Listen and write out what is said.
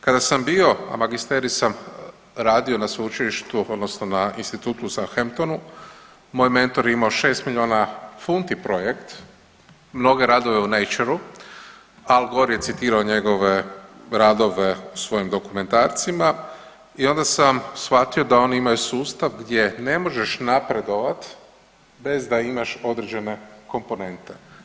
Kada sam bio, a magisterij sam radio na sveučilištu odnosno na Institutu Southamptonu, moj mentor je imao 6 milijuna funti projekt, mnoge radove u Natureu, Al Gore je citirao njegove radove u svojim dokumentarcima i onda sam shvatio da oni imaju sustav gdje ne možeš napredovati bez da imaš određene komponente.